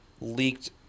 leaked